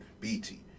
BT